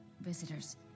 visitors